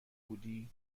بودی